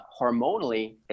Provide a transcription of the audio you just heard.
hormonally